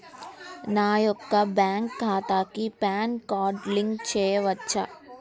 నా యొక్క బ్యాంక్ ఖాతాకి పాన్ కార్డ్ లింక్ చేయవచ్చా?